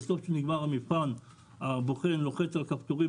בסוף נגמר המבחן הבוחן לוחץ על הכפתורים